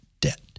debt